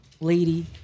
lady